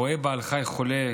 הרואה בעל חיים חולה,